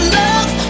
love